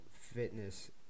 fitness